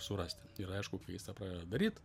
surasti ir aišku kai jis tą pradeda daryt